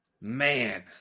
man